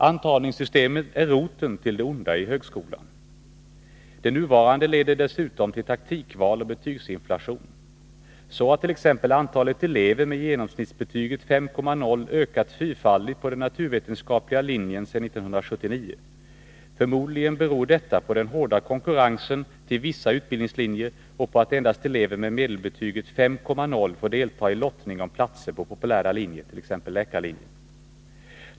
Antagningssystemet är roten till det onda i högskolan. Det nuvarande systemet leder dessutom till taktikval och betygsinflation. Så har t.ex. antalet elever med genomsnittsbetyget 5,0 ökat fyrfaldigt på den naturvetenskapliga linjen sedan 1979. Förmodligen beror detta på den hårda konkurrensen till vissa utbildningslinjer och på att endast elever med medelbetyget 5,0 får delta i lottning om platser på populära linjer, t.ex. läkarlinjen.